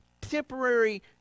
temporary